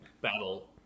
battle